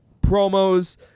Promos